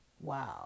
Wow